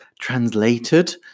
translated